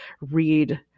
read